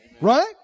Right